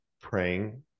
praying